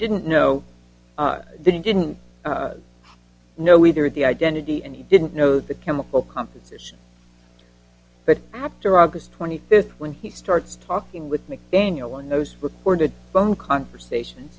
didn't know didn't didn't know either at the identity and he didn't know the chemical composition but after august twenty fifth when he starts talking with mcdaniel in those recorded phone conversation